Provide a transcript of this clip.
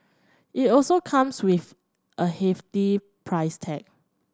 it also comes with a hefty price tag